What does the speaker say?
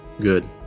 Good